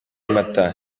mata